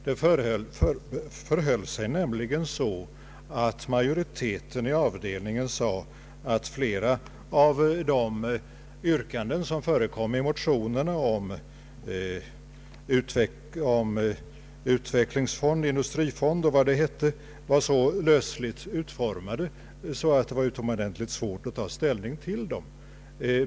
Det förhöll sig nämligen så, att majoriteten i avdelningen menade att flera av de yrkanden som förekom i motionerna om utvecklingsfond, investeringsfond och vad det nu hette var så lösligt utformade att det var utomordentligt svårt att ta ställning till dem.